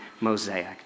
mosaic